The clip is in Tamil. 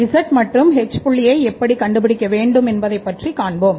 z மற்றும் h புள்ளியை எப்படி கண்டு பிடிக்க வேண்டும் என்பதை பற்றி காண்போம்